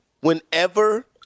Whenever